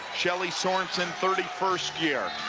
shelly sorensen, thirty first year.